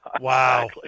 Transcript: Wow